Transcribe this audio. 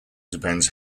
depends